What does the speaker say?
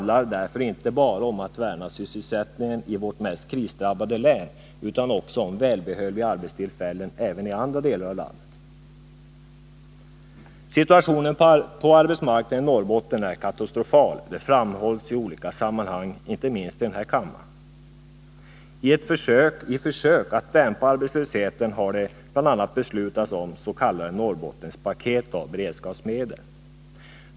Det handlar därför inte bara om att värna sysselsättningen i vårt mest krisdrabbade län utan också om välbehövliga arbetstillfällen även i andra delar av landet. Situationen på arbetsmarknaden i Norrbotten är katastrofal. Detta framhålls i olika sammanhang, inte minst i denna kammare. I försök att dämpa arbetslösheten har det bl.a. beslutats om s.k. Norrbottenspaket av beredskapsmedel.